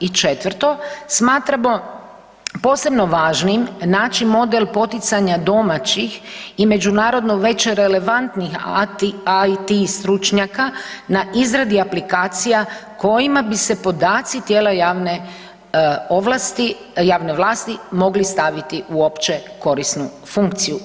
I četvrto, smatramo posebno važnim naći model poticanja domaćih i međunarodno veće relevantnih IT stručnjaka na izradi aplikacija kojima bi se podaci tijela javne vlasti mogli staviti uopće korisnu funkciju.